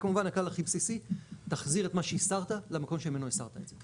וכמובן הכלל הכי בסיסי תחזיר את מה שהסרת למקום שממנו הסרת את זה.